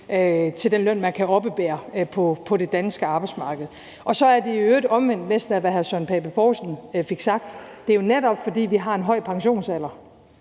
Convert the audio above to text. til den løn, man kan oppebære på det danske arbejdsmarked. Så er det i øvrigt omvendt af, hvad hr. Søren Pape Poulsen vist fik sagt – det er jo netop, fordi vi har en høj pensionsalder,